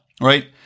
right